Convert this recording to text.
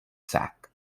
sac